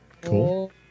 Cool